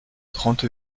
trente